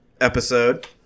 episode